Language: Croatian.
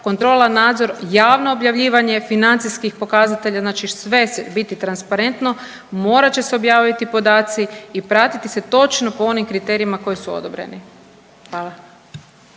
kontrola, nadzor, javno objavljivanje financijskih pokazatelja, znači sve će biti transparentno, morat će se objaviti podaci i pratiti se točno po onim kriterijima koji su odobreni. Hvala.